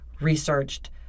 researched